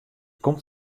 komt